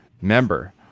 member